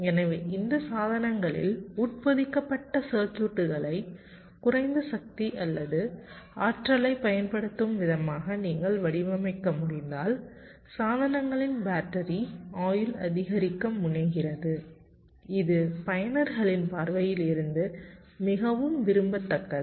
எனவே இந்த சாதனங்களில் உட்பொதிக்கப்பட்ட சர்க்யூட்டுகளை குறைந்த சக்தி அல்லது ஆற்றலைப் பயன்படுத்தும் விதமாக நீங்கள் வடிவமைக்க முடிந்தால் சாதனங்களின் பேட்டரி ஆயுள் அதிகரிக்க முனைகிறது இது பயனர்களின் பார்வையில் இருந்து மிகவும் விரும்பத்தக்கது